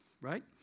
right